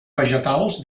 vegetals